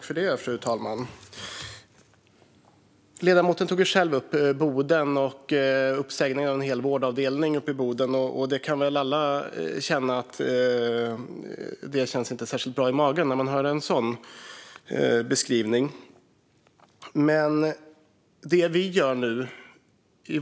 Fru talman! Ledamoten tog själv upp Boden och uppsägningen av en hel vårdavdelning där. Det känns inte särskilt bra i magen att höra en sådan beskrivning; det kan vi nog alla instämma i.